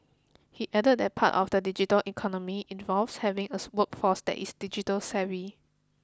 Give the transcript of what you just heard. he added that part of the digital economy involves having us workforce that is digitally savvy